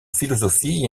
philosophie